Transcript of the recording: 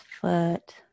foot